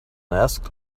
asked